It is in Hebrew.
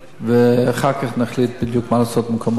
ואחר כך נחליט בדיוק מה לעשות במקומות אחרים.